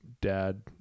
dad